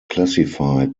classified